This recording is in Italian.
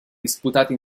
disputate